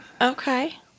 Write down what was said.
Okay